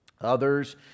Others